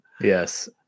yes